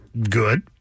good